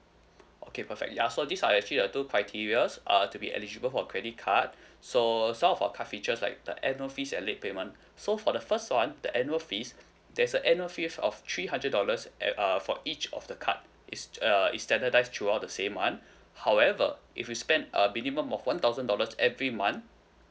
okay perfect ya so these are actually a two criteria err to be eligible for credit card so some of our card features like the annual fees and late payment so for the first one the annual fees there's a annual fee of three hundred dollars at uh for each of the card is uh is standardise through all the same one however if you spend a minimum of one thousand dollars every month